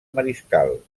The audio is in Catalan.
mariscal